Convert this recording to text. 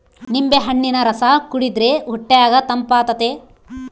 ನಿಂಬೆಹಣ್ಣಿನ ರಸ ಕುಡಿರ್ದೆ ಹೊಟ್ಯಗ ತಂಪಾತತೆ